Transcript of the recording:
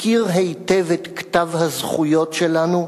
הכיר היטב את כתב הזכויות שלנו,